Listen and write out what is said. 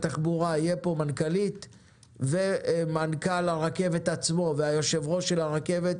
התחבורה תהיה פה וגם מנכ"ל הרכבת ויושב-ראש הרכבת.